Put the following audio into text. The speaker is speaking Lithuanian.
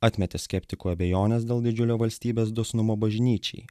atmetė skeptikų abejones dėl didžiulio valstybės dosnumo bažnyčiai